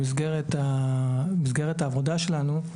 במסגרת העבודה שלנו,